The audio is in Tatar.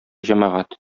җәмәгать